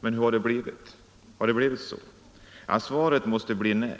Har det blivit så? Svaret måste bli nej.